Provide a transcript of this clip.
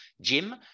Jim